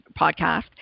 podcast